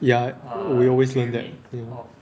ya we always claim that ya